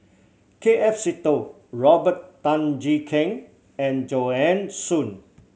K F Seetoh Robert Tan Jee Keng and Joanne Soo